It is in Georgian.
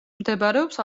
მდებარეობს